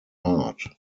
heart